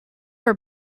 are